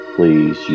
Please